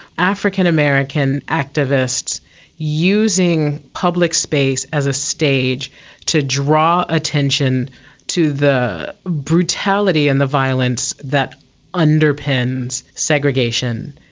african american activists using public space as a stage to draw attention to the brutality and the violence that underpins segregation,